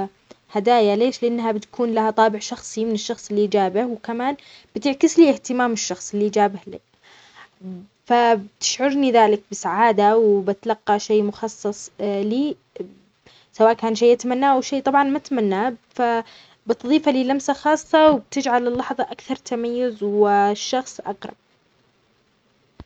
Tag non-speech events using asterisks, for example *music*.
*hesitation* هدايا، ليش؟ لأنها بتكون لها طابع شخصي من الشخص اللي جابه، وكمان بتعكسلي اهتمام الشخص اللي جابه لي، فبتشعرني ذلك بسعادة وبتلقى شي مخصص لي، سواء كان شيء يتمناه أو شي، طبعا ما تتمناه ف بتضيفه لي لمسة خاصة، وبتجعل اللحظة أكثر تميز، والشخص أقرب.